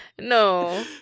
no